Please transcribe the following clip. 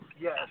Yes